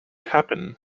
happen